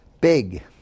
Big